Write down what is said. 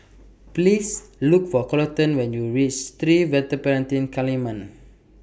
Please Look For Coleton when YOU REACH Sri Vadapathira Kaliamman